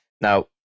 Now